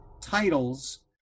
titles